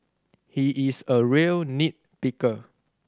he is a real nit picker